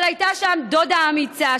אבל הייתה שם דודה אמיצה,